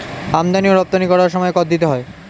আমদানি ও রপ্তানি করার সময় কর দিতে হয়